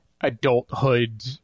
adulthood